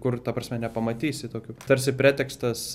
kur ta prasme nepamatysi tokių tarsi pretekstas